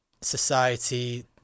society